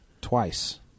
twice